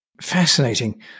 Fascinating